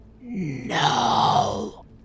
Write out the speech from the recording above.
No